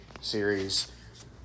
series